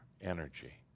energy